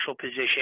position